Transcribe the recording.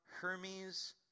hermes